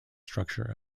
structure